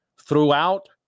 throughout